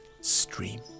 stream